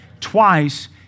Twice